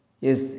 Yes